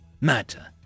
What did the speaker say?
matter